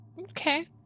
okay